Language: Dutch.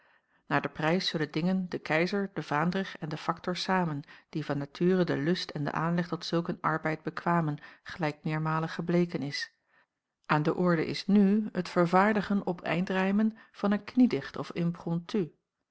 naar den prijs zullen dingen de keizer de vaandrig en de factor samen die van nature den lust en den aanleg tot zulk een arbeid bekwamen gelijk meermalen gebleken is aan de orde is nu het vervaardigen op eindrijmen van een kniedicht of impromtu